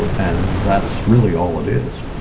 and that's really all it is.